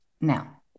Now